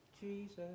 Jesus